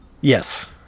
Yes